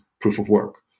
proof-of-work